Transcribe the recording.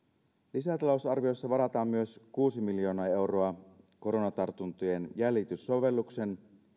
lisätalousarviossa varataan myös kuusi miljoonaa euroa koronatartuntojen jäljityssovelluksen